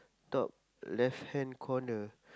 top left hand corner